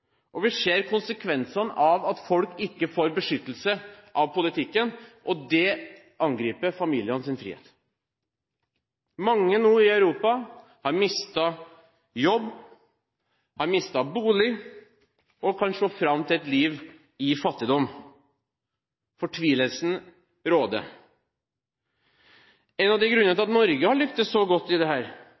og vi ser konsekvensene av at folk ikke får beskyttelse av politikken. Og det angriper familienes frihet. Mange i Europa har nå mistet jobb og bolig og kan se fram til et liv i fattigdom. Fortvilelsen råder. En av grunnene til at Norge har lyktes så godt, er at en stor andel av befolkningen er i